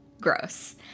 gross